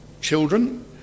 children